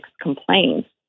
complaints